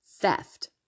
Theft